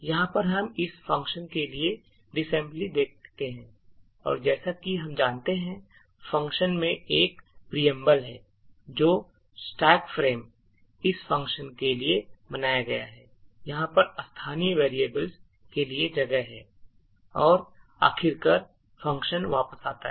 यहाँ पर हम इस फंक्शन के लिए disassembly देखते हैं और जैसा कि हम जानते हैं फंक्शन में एक Preamble है जहाँ स्टैक फ्रेम इस फंक्शन के लिए बनाया गया है यहाँ पर स्थानीय वेरिएबल के लिए जगह है और आखिरकार फंक्शन वापस आता है